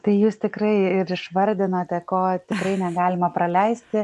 tai jūs tikrai ir išvardinote ko tikrai negalima praleisti